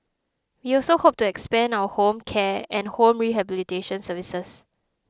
we also hope to expand our home care and home rehabilitation services